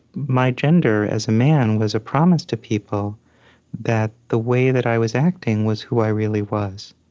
my gender as a man was a promise to people that the way that i was acting was who i really was.